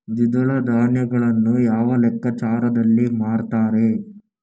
ದ್ವಿದಳ ಧಾನ್ಯಗಳನ್ನು ಯಾವ ಲೆಕ್ಕಾಚಾರದಲ್ಲಿ ಮಾರ್ತಾರೆ?